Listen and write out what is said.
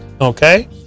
okay